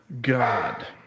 God